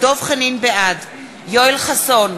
בעד יואל חסון,